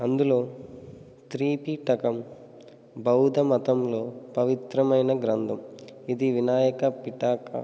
అందులో త్రిపిటకం బౌధ మతంలో పవిత్రమైన గ్రంథం ఇది వినయ పిటక